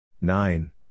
nine